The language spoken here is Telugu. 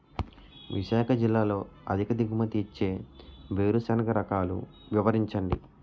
విశాఖ జిల్లాలో అధిక దిగుమతి ఇచ్చే వేరుసెనగ రకాలు వివరించండి?